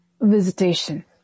visitation